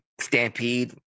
Stampede